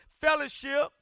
fellowship